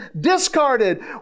discarded